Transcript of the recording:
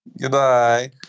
Goodbye